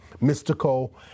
mystical